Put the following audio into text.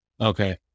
Okay